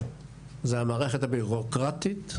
זו המערכת הבירוקרטית,